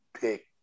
pick